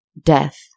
Death